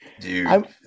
dude